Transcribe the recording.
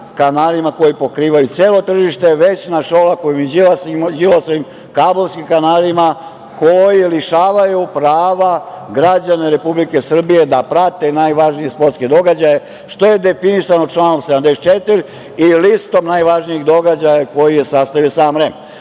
kanalima koji pokrivaju celo tržište, već na Šolakovim i Đilasovim kablovskim kanalima koji lišavaju prava građane Republike Srbije da prate najvažnije sportske događaje, što je definisano članom 74. i listom najvažnijih događaja koje je sastavio sam